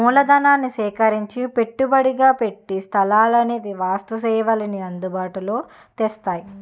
మూలధనాన్ని సేకరించి పెట్టుబడిగా పెట్టి సంస్థలనేవి వస్తు సేవల్ని అందుబాటులో తెస్తాయి